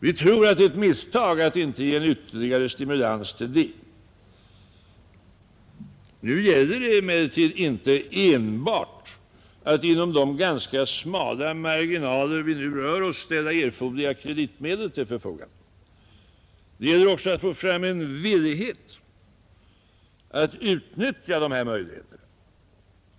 Vi tror att det är ett misstag att inte ge ytterligare stimulans till det. Det gäller emellertid inte enbart att inom de ganska smala marginaler vi nu rör oss ställa erforderliga kreditmedel till förfogande. Det gäller också att få fram en villighet att utnyttja dessa möjligheter.